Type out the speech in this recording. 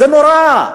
זה נורא.